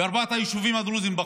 וארבעת היישובים הדרוזיים בחוץ.